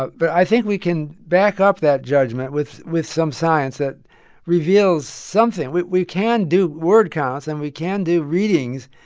but i think we can back up that judgment with with some science that reveals something. we we can do word counts, and we can do readings.